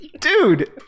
dude